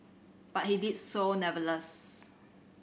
but he did so never less